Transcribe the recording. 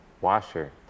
Washer